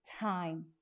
time